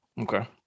Okay